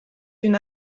une